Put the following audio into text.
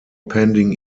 pending